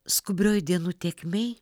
skubrioj dienų tėkmėj